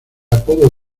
apodo